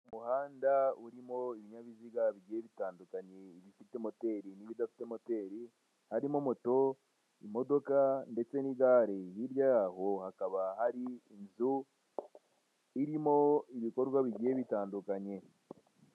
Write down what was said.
Umuhanda urimo ibinyabiziga bigiye bitandukanye ibifite moteri n'ibidafite moteri, harimo moto, imodoka ndetse n'igare. Hirya yaho hakaba hari inzu irimo ibikorwa bigiye bitandukanye.